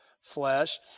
flesh